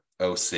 OC